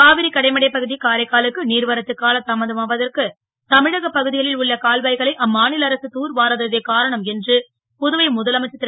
காவிரி கடைமடை பகு காரைக்காலுக்கு நீர்வரத்து காலதாமதமாவதற்கு தமிழகப் பகு களில் உள்ள கால்வா களை அம்மா ல அரசு தூர்வாராததே காரணம் என்று புதுவை முதலமைச்சர் ரு